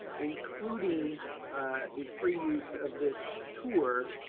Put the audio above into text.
including the free use of this tour